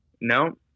No